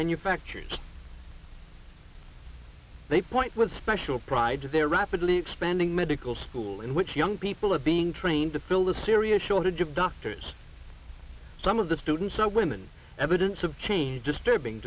manufacturers they point was special pride to their rapidly expanding medical school in which young people are being trained to fill the serious shortage of doctors some of the students are women evidence of change